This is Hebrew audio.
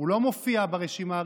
הוא לא מופיע ברשימה הראשונה.